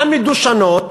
המדושנות,